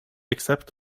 except